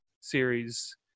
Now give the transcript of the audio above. series